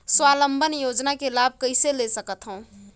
स्वावलंबन योजना के लाभ कइसे ले सकथव?